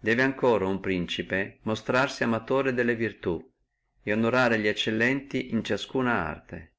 debbe ancora uno principe monstrarsi amatore delle virtù et onorare li eccellenti in una arte